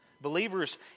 Believers